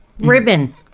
Ribbon